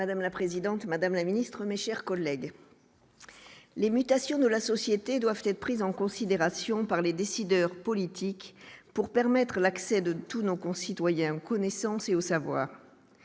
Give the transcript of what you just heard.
Madame la présidente, Madame la Ministre, mes chers collègues, les mutations de la société doivent être prises en considération par les décideurs politiques pour permettre l'accès de tous nos concitoyens, connaissance et au savoir